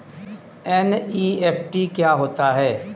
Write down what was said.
NEFT क्या होता है?